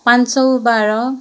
पाँच सय बाह्र